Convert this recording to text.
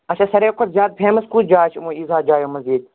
اچھا ساروے کھۄتہٕ زیادٕ فیمَس کُس جاے چھِ وۄنۍ یٖژا جایو منٛز ییٚتہِ